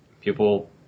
people